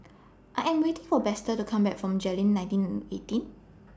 I Am waiting For Baxter to Come Back from Jayleen nineteen eighteen